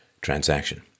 transaction